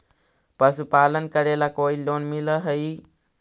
पशुपालन करेला कोई लोन मिल हइ?